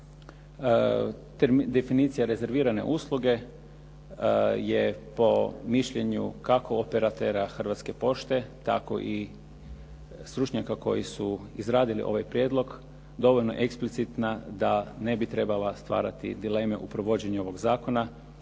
definicija rezervirane usluge je po mišljenju, kako operatera Hrvatske pošte, tako i stručnjaka koji su izradili ovaj prijedlog dovoljno eksplicitna da ne bi trebala stvarati dileme u provođenju ovoga zakona